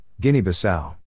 Guinea-Bissau